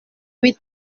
huit